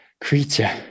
creature